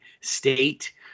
State